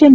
N